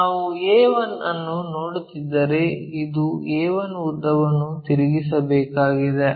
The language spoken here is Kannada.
ನಾವು a1 ಅನ್ನು ನೋಡುತ್ತಿದ್ದರೆ ಇದು a1 ಉದ್ದವನ್ನು ತಿರುಗಿಸಬೇಕಾಗಿದೆ